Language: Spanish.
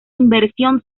inversión